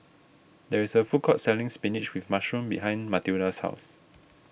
there is a food court selling Spinach with Mushroom behind Mathilda's house